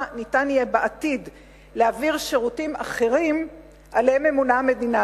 ניתן יהיה בעתיד להעביר שירותים אחרים שעליהם ממונה המדינה,